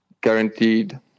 guaranteed